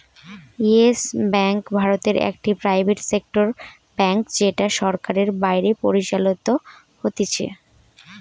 yes Bank ভারতে একটি private sector bank যেটা সরকারের বাইরে পরিচালিত হতিছে